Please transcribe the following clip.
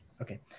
Okay